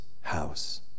house